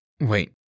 wait